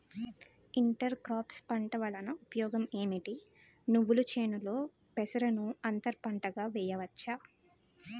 Inter crops పంట వలన ఉపయోగం ఏమిటి? నువ్వుల చేనులో పెసరను అంతర పంటగా వేయవచ్చా?